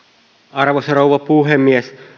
arvoisa rouva puhemies